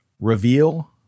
Reveal